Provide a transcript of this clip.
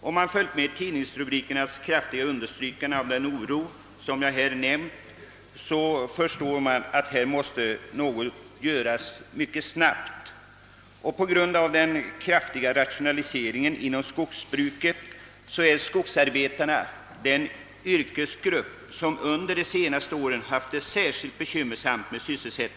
Om man har följt med tidningsrubrikernas kraftiga understrykande av den oro som jag har nämnt förstår man att något mycket snabbt måste göras. På grund av den kraftiga rationaliseringen inom skogsbruket är skogsarbetarna den yrkesgrupp som under de senaste åren haft det särskilt bekymmersamt.